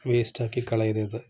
വേസ്റ്റാക്കി കളയരുത്